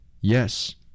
Yes